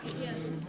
Yes